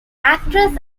actress